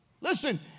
Listen